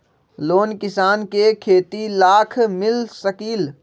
Loan किसान के खेती लाख मिल सकील?